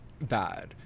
bad